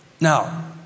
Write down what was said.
Now